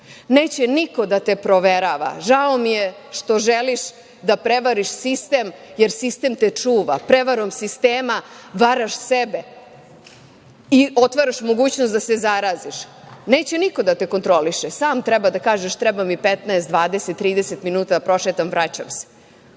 Neće niko da te proverava, žao mi je što želiš da prevariš sistem, jer sistem te čuva. Prevarom sistema varaš sebe i otvaraš mogućnost da se zaraziš. Neće niko da te kontroliše, sam treba da kažeš – treba mi 15, 20, 30 minuta da prošetam, vraćam